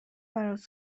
برات